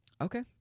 Okay